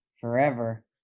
forever